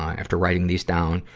after writing these down,